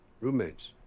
roommates